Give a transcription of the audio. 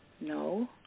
No